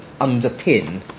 underpin